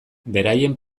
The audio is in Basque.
beraien